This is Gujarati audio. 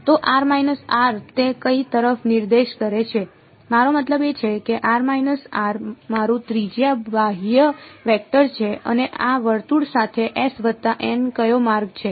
તો તે કઈ તરફ નિર્દેશ કરે છે મારો મતલબ એ છે કે મારું ત્રિજ્યાય બાહ્ય વેક્ટર છે અને આ વર્તુળ સાથે s વત્તા કયો માર્ગ છે